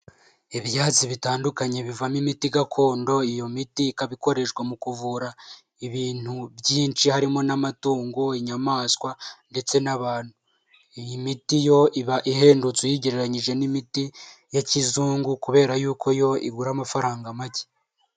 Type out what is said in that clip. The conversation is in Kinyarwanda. Ibyatsi bitandukanye bivamo imiti gakondo, iyo miti ikaba ikoreshwa mu kuvura ibintu byinshi harimo n'amatungo, inyamaswa ndetse n'abantu. Iyi miti yo iba ihendutse uyigereranyije n'imiti ya kizungu, kubera yuko yo igura amafaranga macye.